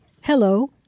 hello